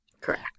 correct